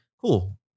Cool